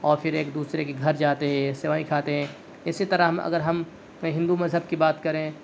اور پھر ایک دوسرے کے گھر جاتے ہیں سیوئیں کھاتے ہیں اسی طرح ہم اگر ہم ہندو مذہب کی بات کریں